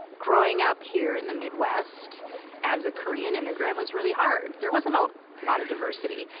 growing up here in the midwest as a korean immigrant was really hard. there wasn't a lot of diversity.